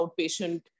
outpatient